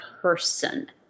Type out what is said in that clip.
person